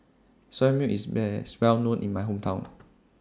Soya Milk IS Best Well known in My Hometown